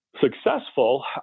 successful